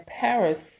Paris